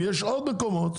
יש עוד מקומות.